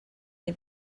neu